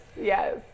yes